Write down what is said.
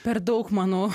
per daug manau